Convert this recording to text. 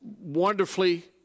wonderfully